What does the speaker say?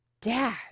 dad